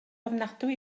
ofnadwy